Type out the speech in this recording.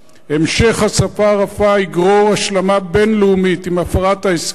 המשך השפה הרפה יגרור השלמה בין-לאומית עם הפרת ההסכם,